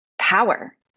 power